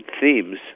themes